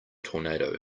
tornado